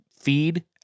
feed